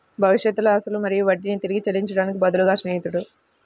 భవిష్యత్తులో అసలు మరియు వడ్డీని తిరిగి చెల్లించడానికి బదులుగా స్నేహితుడు